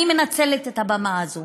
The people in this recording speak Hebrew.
אני מנצלת את הבמה הזאת